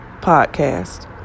podcast